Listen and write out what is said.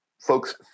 folks